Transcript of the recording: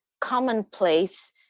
commonplace